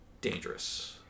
Dangerous